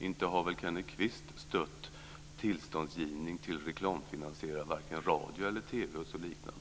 Inte har väl Kenneth Kvist stött tillståndsgivning till vare sig reklamfinansierad radio eller TV, eller liknande?